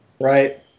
Right